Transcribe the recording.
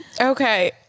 Okay